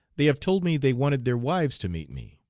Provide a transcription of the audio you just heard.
they have told me they wanted their wives to meet me.